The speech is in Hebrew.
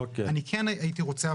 אני כן הייתי רוצה,